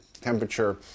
temperature